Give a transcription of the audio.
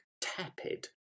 tepid